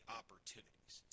opportunities